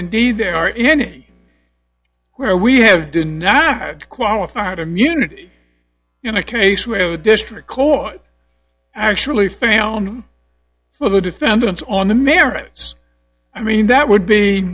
indeed there are any where we have denied qualified immunity in a case where the district court actually found all the defendants on the merits i mean that would be